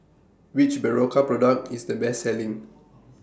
Which Berocca Product IS The Best Selling